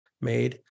made